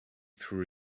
through